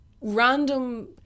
Random